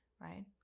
right